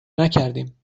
نکردیم